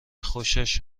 خوشش